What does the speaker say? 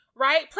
right